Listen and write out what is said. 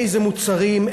איזה מוצרים,